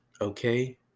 okay